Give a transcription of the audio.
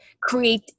create